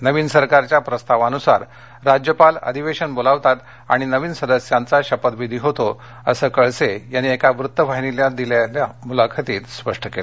नवीन सरकारच्या प्रस्तावानुसार राज्यपाल अधिवेशन बोलावतात आणि नवीन सदस्यांचा शपथविधी होतो असं कळसे यांनी एका वृत्तवाहिनीला दिलेल्या मुलाखतीत स्पष्ट केलं